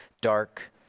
dark